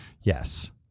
Yes